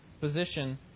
position